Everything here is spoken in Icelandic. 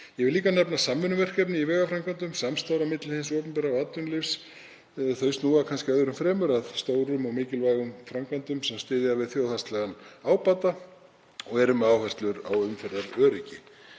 Ég vil líka nefna samvinnuverkefni í vegaframkvæmdum, samstarf á milli hins opinbera og atvinnulífs. Þau snúa kannski öðru fremur að stórum og mikilvægum framkvæmdum sem styðja við þjóðhagslegan ábata þar sem áherslan er á umferðaröryggi.